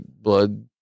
blood